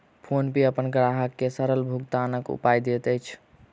PhonePe अपन ग्राहक के सरल भुगतानक उपाय दैत अछि